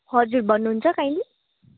हजुर भन्नुहुन्छ काइन्डली